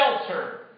shelter